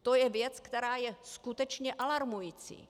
To je věc, která je skutečně alarmující.